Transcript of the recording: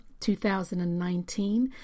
2019